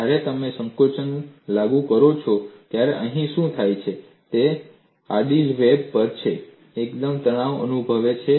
અને જ્યારે તમે સંકોચન લાગુ કરો છો ત્યારે અહીં શું થાય છે તે આડી વેબ પર છે તે એકદમ તણાવ અનુભવે છે